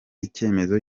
icyemezo